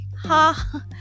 ha